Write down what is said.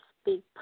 speak